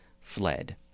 fled